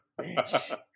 bitch